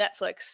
Netflix